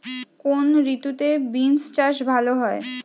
কোন ঋতুতে বিন্স চাষ ভালো হয়?